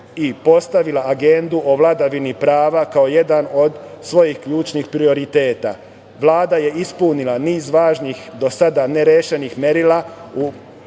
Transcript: i postavila Agendu o vladavini prava kao jedan od svojih ključnih prioriteta. Vlada je ispunila niz važnih, do sada ne rešenih merila u okviru